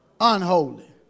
Unholy